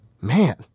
Man